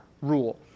rule